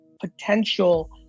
potential